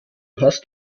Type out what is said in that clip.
hast